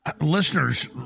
listeners